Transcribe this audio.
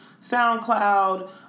soundcloud